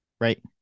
right